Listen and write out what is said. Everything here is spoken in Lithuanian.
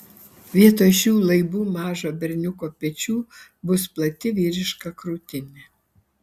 vietoj šių laibų mažo berniuko pečių bus plati vyriška krūtinė